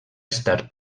estar